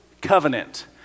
covenant